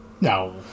No